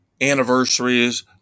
anniversaries